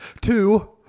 Two